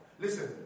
listen